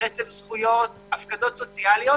רצף זכויות והפקדות סוציאליות,